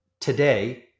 today